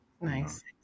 Nice